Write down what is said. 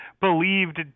believed